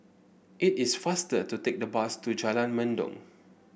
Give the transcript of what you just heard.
it is faster to take the bus to Jalan Mendong